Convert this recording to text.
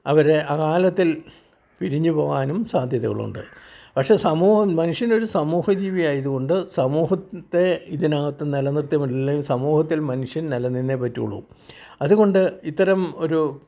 അവർ അകാലത്തിൽ പിരിഞ്ഞ് പോവാനും സാധ്യതകളുണ്ട് പക്ഷേ സമൂഹം മനുഷ്യനൊരു സമുഹ ജീവിയായതുകൊണ്ട് സമൂഹത്തെ ഇതിനകത്ത് നിലനിർത്തി മെല്ലെ സമൂഹത്തിൽ മനുഷ്യൻ നിലനിന്നെ പറ്റുകയുള്ളൂ അതുകൊണ്ട് ഇത്തരം ഒരു